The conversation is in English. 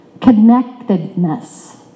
connectedness